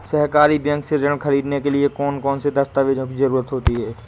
सहकारी बैंक से ऋण ख़रीदने के लिए कौन कौन से दस्तावेजों की ज़रुरत होती है?